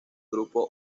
grupo